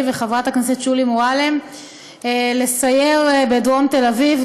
וחברת הכנסת שולי מועלם לסייר בדרום תל אביב.